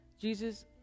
Jesus